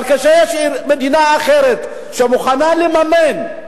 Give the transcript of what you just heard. אבל כשיש מדינה אחרת שמוכנה לממן,